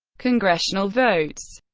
congressional votes